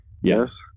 Yes